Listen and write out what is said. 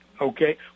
Okay